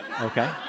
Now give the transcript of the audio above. Okay